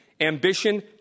Ambition